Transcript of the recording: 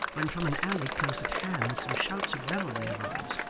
when from an alley close at hand some shouts of revelry arose,